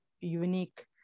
unique